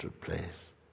place